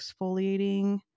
exfoliating